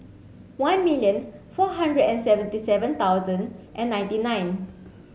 one million four hundred and seventy seven thousand and ninety nine